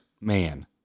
man